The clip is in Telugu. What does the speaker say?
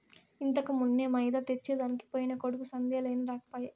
ఇంతకుమున్నే మైదా తెచ్చెదనికి పోయిన కొడుకు సందేలయినా రాకపోయే